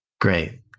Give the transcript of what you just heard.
great